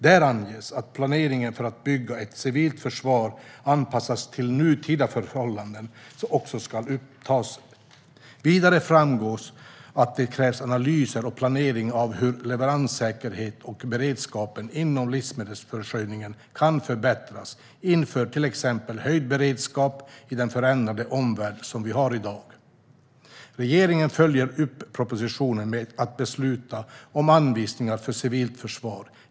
Där anges att planeringen för att bygga ett civilt försvar anpassat till nutida förhållanden ska återupptas. Vidare framgår att det krävs analyser och planering av hur leveranssäkerheten och beredskapen inom livsmedelsförsörjningen kan förbättras inför till exempel höjd beredskap i den förändrade omvärld som vi har i dag. Regeringen följde upp propositionen med att besluta om anvisningar för civilt försvar.